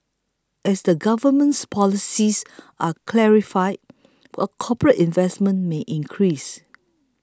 as the government's policies are clarified corporate investment may increase